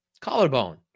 collarbone